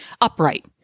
upright